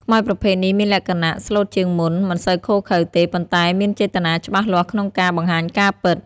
ខ្មោចប្រភេទនេះមានលក្ខណៈស្លូតជាងមុន មិនសូវឃោរឃៅទេ ប៉ុន្តែមានចេតនាច្បាស់លាស់ក្នុងការ បង្ហាញការពិត។